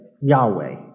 Yahweh